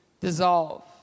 dissolve